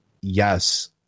yes